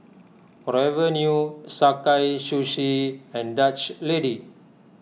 Forever New Sakae Sushi and Dutch Lady